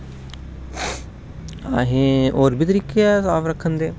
असें और बी तरीके ऐ साफ रक्खन दे